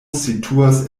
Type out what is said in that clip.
situas